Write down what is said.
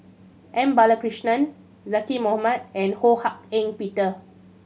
M Balakrishnan Zaqy Mohamad and Ho Hak Ean Peter